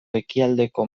ekialdeko